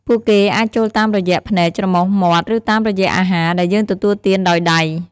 ពួកគេអាចចូលតាមរយៈ ភ្នែក ច្រមុះ មាត់ ឬតាមរយៈ អាហារ ដែលយើងទទួលទានដោយដៃ។